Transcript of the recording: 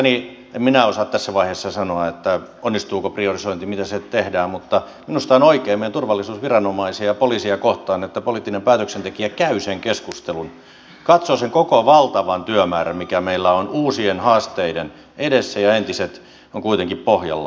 en minä osaa tässä vaiheessa sanoa onnistuuko priorisointi miten se tehdään mutta minusta on oikein meidän turvallisuusviranomaisia ja poliisia kohtaa että poliittinen päätöksentekijä käy sen keskustelun katsoo sen koko valtavan työmäärän mikä meillä on uusien haasteiden edessä ja entiset ovat kuitenkin pohjalla